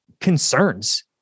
concerns